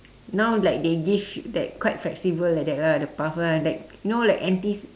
now like they give that quite flexible like that lah the path kan you know like N_T